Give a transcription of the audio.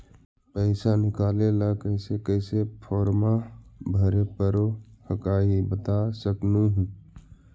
पैसा निकले ला कैसे कैसे फॉर्मा भरे परो हकाई बता सकनुह?